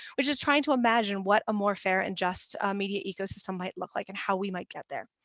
which is trying to imagine what a more fair and just media ecosystem might look like and how we might get there.